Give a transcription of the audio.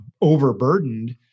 overburdened